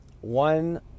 one